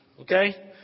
Okay